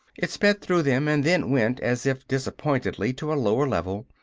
it sped through them and then went as if disappointedly to a lower level.